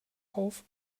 auf